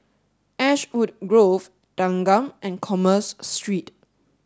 Ashwood Grove Thanggam and Commerce Street